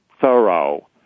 thorough